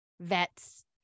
vets